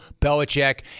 Belichick